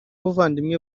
ubuvandimwe